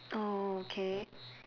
oh okay